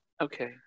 Okay